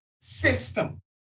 system